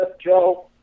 Joe